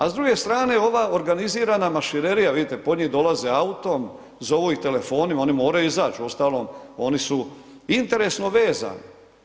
A s druge strane, ova organizirana mašinerija, vidite po njih dolaze autom, zovu ih telefonima, oni moraju izać, uostalom, oni su interesno vezani.